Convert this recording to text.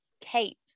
Kate